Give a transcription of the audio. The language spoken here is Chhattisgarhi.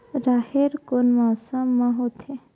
राहेर कोन मौसम मा होथे?